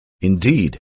Indeed